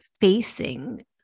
facing